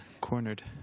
cornered